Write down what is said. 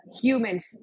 human